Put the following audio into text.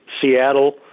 Seattle